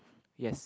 yes